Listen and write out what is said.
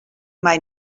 mai